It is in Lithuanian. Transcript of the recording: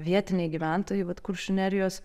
vietiniai gyventojai vat kuršių nerijos